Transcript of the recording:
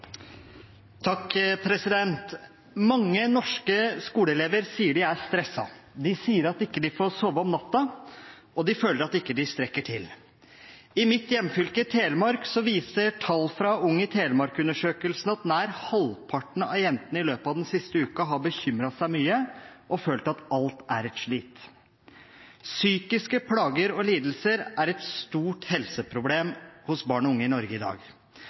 de sier at de ikke får sove om natten, og de føler at de ikke strekker til. I mitt hjemfylke, Telemark, viser tall fra undersøkelsen Ung i Telemark 2015 at nær halvparten av jentene i løpet av den siste uken har bekymret seg mye og følt at alt er et slit. Psykiske plager og lidelser er et stort helseproblem hos barn og unge i